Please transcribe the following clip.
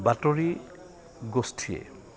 বাতৰি গোষ্ঠীয়ে